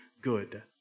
good